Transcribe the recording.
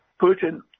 Putin